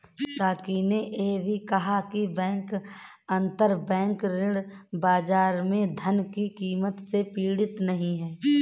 साकी ने यह भी कहा कि बैंक अंतरबैंक ऋण बाजार में धन की कमी से पीड़ित नहीं हैं